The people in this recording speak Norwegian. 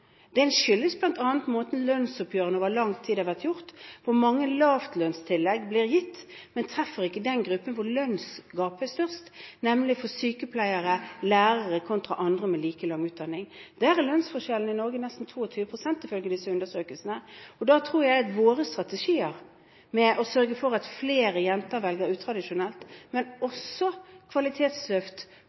skyldes bl.a. måten lønnsoppgjørene over lang tid har vært gjort på, hvor mange lavlønnstillegg blir gitt, men ikke treffer den gruppen hvor lønnsgapet er størst, nemlig sykepleiere og lærere kontra andre med like lang utdanning. Der er lønnsforskjellene i Norge nesten 22 pst. ifølge disse undersøkelsene. Da tror jeg at våre strategier – det å sørge for at flere jenter velger utradisjonelt, men også kvalitetsløft